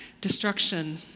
destruction